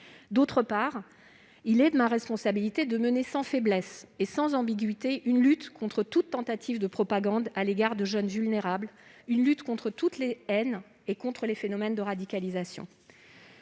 Ensuite, il relève de ma responsabilité de mener sans faiblesse et sans ambiguïté une lutte contre toute tentative de propagande à l'égard de jeunes vulnérables, une lutte contre toutes les haines et contre les phénomènes de radicalisation.